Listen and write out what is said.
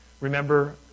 Remember